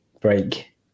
break